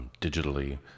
digitally